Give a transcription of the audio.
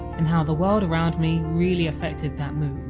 and how the world around me really affected that move